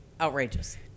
outrageous